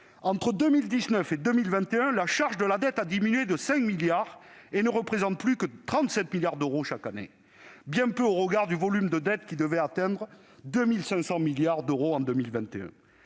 Entre 2019 et 2021, la charge de la dette a diminué de 5 milliards d'euros et elle ne représente plus que 37 milliards d'euros chaque année. C'est bien peu au regard du volume de dette, qui devrait atteindre 2 500 milliards d'euros en 2021.